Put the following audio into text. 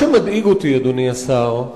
אדוני השר,